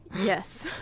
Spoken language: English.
Yes